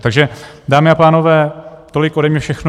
Takže dámy a pánové, tolik ode mne všechno.